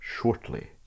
shortly